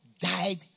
died